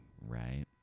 Right